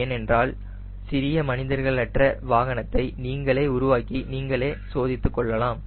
ஏனெனில் சிறிய மனிதர்கள் அற்ற வாகனத்தை நீங்களே உருவாக்கி நீங்களே சோதித்துக் கொள்ளலாம்